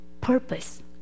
purpose